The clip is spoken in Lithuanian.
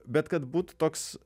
bet kad būtų toks